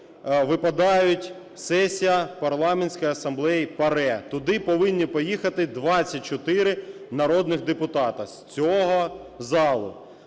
випадають сесія Парламентської асамблеї ПАРЄ, туди повинні поїхати 24 народних депутати з цього залу.